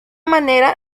manera